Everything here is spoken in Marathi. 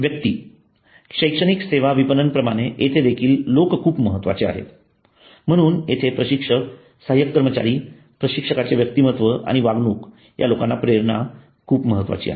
व्यक्ती शैक्षणिक सेवा विपणन प्रमाणे येथे देखील लोक खूप महत्वाचे आहेत म्हणून इथे प्रशिक्षक सहाय्यक कर्मचारी प्रशिक्षकाचे व्यक्तिमत्व आणि वागणूक या लोकांना प्रेरणा खूप महत्वाची आहे